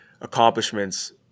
accomplishments